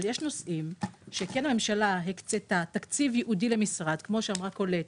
אבל יש נושאים שהממשלה הקצתה תקציב ייעודי למשרד כמו שאמרה קולט,